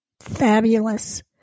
Fabulous